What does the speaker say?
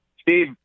Steve